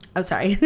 oh sorry.